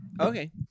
Okay